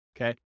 okay